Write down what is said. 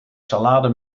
salade